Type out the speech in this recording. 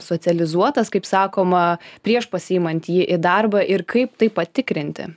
socializuotas kaip sakoma prieš pasiimant jį į darbą ir kaip tai patikrinti